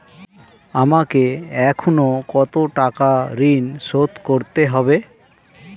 আমাকে এখনো কত টাকা ঋণ শোধ করতে হবে?